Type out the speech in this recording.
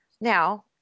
Now